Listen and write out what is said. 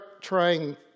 trying